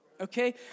Okay